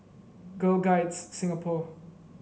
Girl Guides Singapore